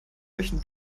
möchten